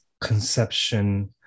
conception